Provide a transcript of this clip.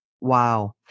Wow